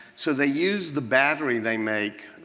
so they use the battery they make,